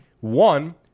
One